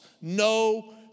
no